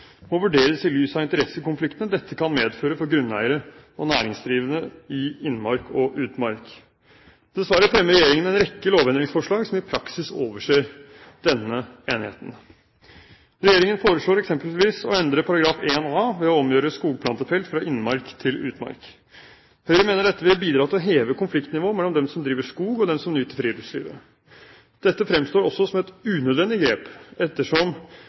må vurderes i lys av interessekonfliktene dette kan medføre for grunneiere og næringsdrivende i innmark og utmark. Dessverre fremmer regjeringen en rekke lovendringsforslag som i praksis overser denne enigheten. Regjeringen foreslår eksempelvis å endre § 1 a, ved å omgjøre skogplantefeltet fra innmark til utmark. Høyre mener dette vil bidra til å heve konfliktnivået mellom dem som driver skog, og dem som nyter friluftslivet. Dette fremstår også som et unødvendig grep, ettersom